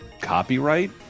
copyright